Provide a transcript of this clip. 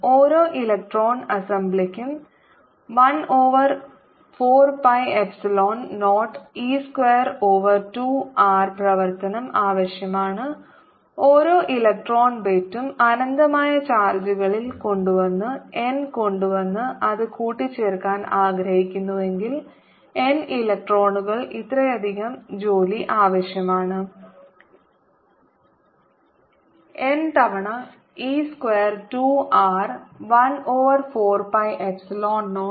ഓരോ ഇലക്ട്രോൺ അസംബ്ലിക്കും 1 ഓവറിൽ 4 pi epsilon 0 e square over 2 r പ്രവർത്തനം ആവശ്യമാണ് ഓരോ ഇലക്ട്രോൺ ബിറ്റും അനന്തമായ ചാർജുകളിൽ കൊണ്ടുവന്ന് n കൊണ്ടുവന്ന് അത് കൂട്ടിച്ചേർക്കാൻ ആഗ്രഹിക്കുന്നുവെങ്കിൽ n ഇലക്ട്രോണുകൾക്ക് ഇത്രയധികം ജോലി ആവശ്യമാണ് n തവണ e square 2 r 1 over 4 pi epsilon 0